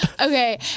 Okay